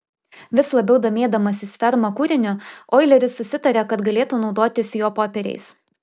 vis labiau domėdamasis ferma kūriniu oileris susitarė kad galėtų naudotis jo popieriais